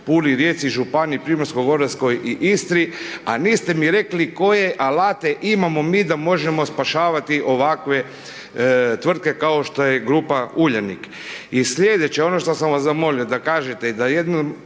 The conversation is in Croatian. Puli, Rijeci, županiji Primorsko-goranskoj i Istri a niste mi rekli koje alate imamo mi da možemo spašavati ovakve tvrtke kao što je grupa Uljanik.